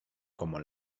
como